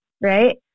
right